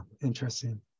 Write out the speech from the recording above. interesting